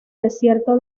desierto